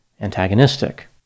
antagonistic